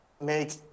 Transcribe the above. make